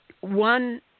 one